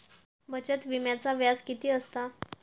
बचत विम्याचा व्याज किती असता?